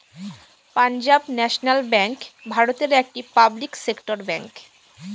Punjab National Bank ভারতের একটি public sector bank